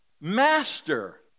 master